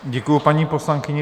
Děkuju paní poslankyni.